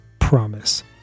promise